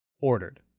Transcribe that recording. ordered